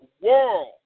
world